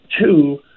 two